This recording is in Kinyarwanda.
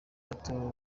bato